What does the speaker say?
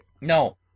No